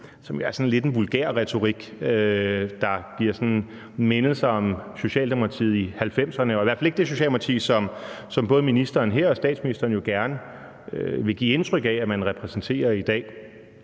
lidt en vulgær retorik, der giver mindelser om Socialdemokratiet i 1990'erne og i hvert fald ikke det Socialdemokrati, som både ministeren her og statsministeren jo gerne vil give indtryk af at man repræsenterer i dag.